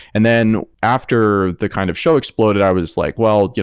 and then after the kind of show exploded, i was like, well,